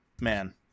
man